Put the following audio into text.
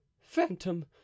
phantom